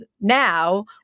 now